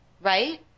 right